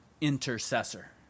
intercessor